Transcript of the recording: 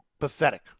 Pathetic